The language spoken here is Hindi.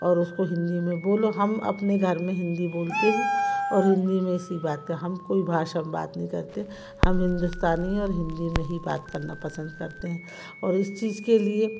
और उसको हिंदी में बोलो हम अपने घर में हिंदी बोलते हैं और हिंदी में इसी बात पे हम कोई भाषा में बात नहीं करते हम हिंदुस्तानी और हिंदी में ही बात करना पसंद करते हैं और इस चीज़ के लिए